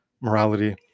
morality